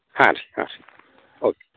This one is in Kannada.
ಹಾಂ ರೀ ಹಾಂ ರೀ ಓಕೆ